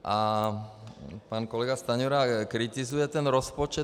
A pan kolega Stanjura kritizuje ten rozpočet.